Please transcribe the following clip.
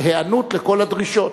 היענות לכל הדרישות.